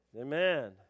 Amen